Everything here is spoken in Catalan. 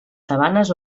sabanes